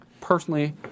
Personally